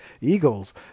eagles